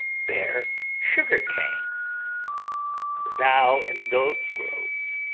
bear sugar-canes thou in those groves,